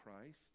Christ